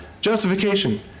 Justification